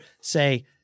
say